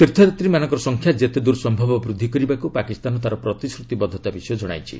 ତୀର୍ଥଯାତ୍ରୀମାନଙ୍କ ସଂଖ୍ୟା ଯେତେ ଦୂର ସମ୍ଭବ ବୃଦ୍ଧି କରିବାକୁ ପାକିସ୍ତାନ ତାର ପ୍ରତିଶ୍ରତିବଦ୍ଧତା ବିଷୟ ଜଣାଇଛି